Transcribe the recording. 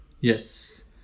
Yes